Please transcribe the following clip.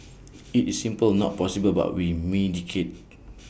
IT is simply not possible but we mitigate